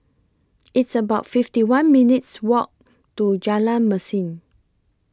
It's about fifty one minutes' Walk to Jalan Mesin